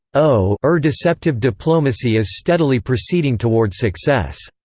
o ur deceptive diplomacy is steadily proceeding toward success.